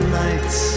nights